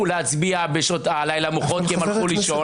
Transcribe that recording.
להצביע בשעות הלילה המאוחרות כי הם הלכו לישון.